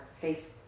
face